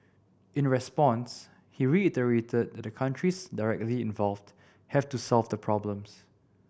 in response he reiterated that the countries directly involved have to resolve the problems